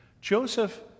Joseph